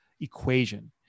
equation